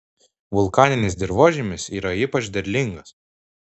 vulkaninis dirvožemis yra ypač derlingas